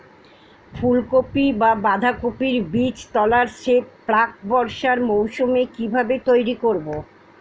ফুলকপি বা বাঁধাকপির বীজতলার সেট প্রাক বর্ষার মৌসুমে কিভাবে তৈরি করব?